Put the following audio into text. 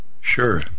Sure